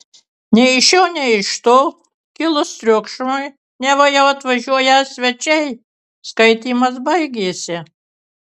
nei iš šio nei iš to kilus triukšmui neva jau atvažiuoją svečiai skaitymas baigėsi